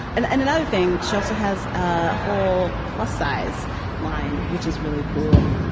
and and another thing, she also has a whole plus-size line, which is really cool.